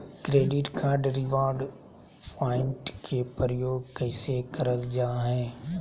Credit card reward point के प्रयोग कैसे करल जा है?